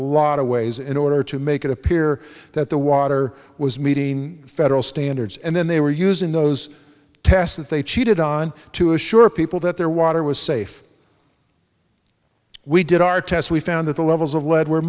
lot of ways in order to make it appear that the water was meeting federal standards and then they were using those tests that they cheated on to assure people that their water was safe we did our tests we found that the levels of lead were